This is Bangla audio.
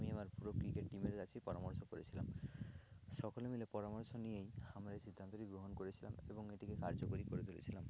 আমি আমার পুরো ক্রিকেট টিমের কাছেই পরামর্শ করেছিলাম সকলে মিলে পরামর্শ নিয়েই আমরা এই সিদ্ধান্তটি গ্রহণ করেছিলাম এবং এটিকে কার্যকরী করে তুলেছিলাম